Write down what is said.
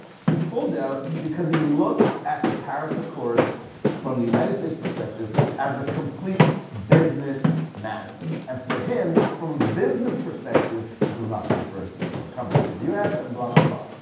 he pulled out because he looked at the paris accord from the united states perspective as a complete business matter. and for him, from a business perspective, this was not good for growing companies in the us, and blah, blah,